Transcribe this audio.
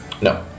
No